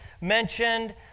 mentioned